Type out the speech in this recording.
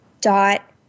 dot